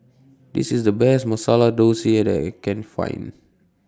This IS The Best Masala Dosa that I Can Find